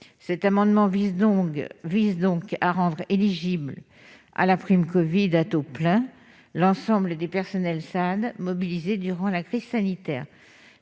318 rectifié vise à rendre éligible à la prime covid à taux plein l'ensemble des personnels SAAD mobilisés durant la crise sanitaire.